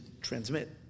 transmit